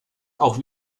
auch